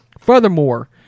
Furthermore